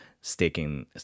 staking